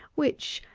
which,